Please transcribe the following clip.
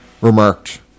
remarked